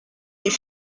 les